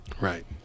Right